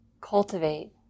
cultivate